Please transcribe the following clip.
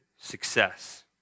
success